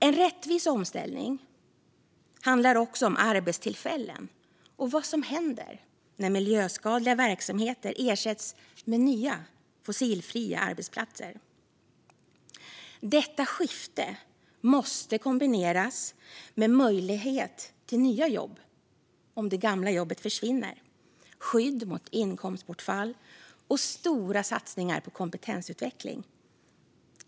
En rättvis omställning handlar också om arbetstillfällen och vad som händer när miljöskadliga verksamheter ersätts med nya fossilfria arbetsplatser. Detta skifte måste kombineras med möjlighet till nya jobb om det gamla jobbet försvinner, skydd mot inkomstbortfall och stora satsningar på kompetensutveckling.